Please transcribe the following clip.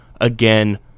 again